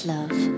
Love